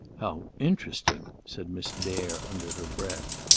how interesting! said miss dare under her breath.